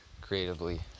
creatively